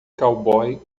cowboy